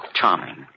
charming